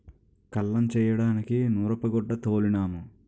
కల్లం చేయడానికి నూరూపుగొడ్డ తోలినాము